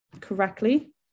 correctly